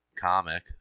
comic